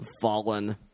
Fallen